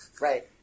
Right